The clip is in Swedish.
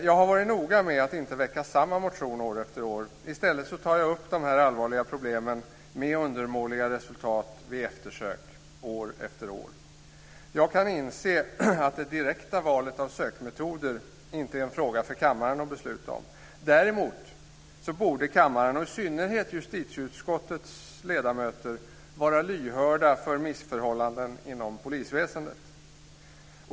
Jag har varit noga med att inte väcka samma motion år efter år. I stället tar jag upp de här allvarliga problemen med undermåliga resultat vid eftersök år efter år. Jag kan inse att det direkta valet av sökmetoder inte är en sak för kammaren att besluta om. Däremot borde kammaren, och i synnerhet justitieutskottets ledamöter, vara lyhörda för missförhållanden inom polisväsendet.